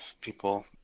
people